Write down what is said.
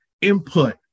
input